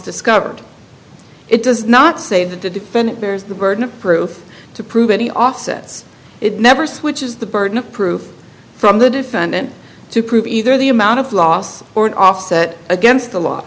discovered it does not say that the defendant bears the burden of proof to prove any offsets it never switches the burden of proof from the defendant to prove either the amount of loss or an offset against the l